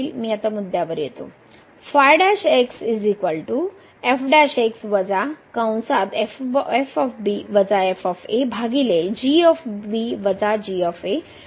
मी आता मुद्द्यावर येतो